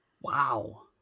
Wow